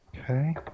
Okay